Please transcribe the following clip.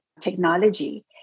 technology